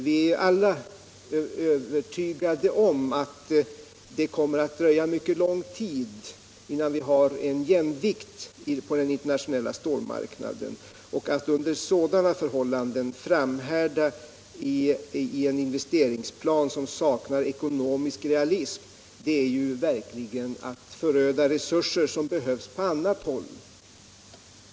Vi är alla övertygade om att det kommer att dröja mycket lång tid innan vi har en jämvikt på den internationella stålmarknaden, och att under sådana förhållanden framhärda i en investeringsplan som saknar ekonomisk realism är verkligen att föröda resurser som behövs på annat håll.